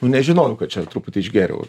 nežinojau kad čia truputį išgėriau